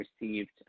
received